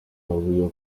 avuga